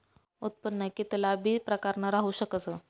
उत्पन्न कित्ला बी प्रकारनं राहू शकस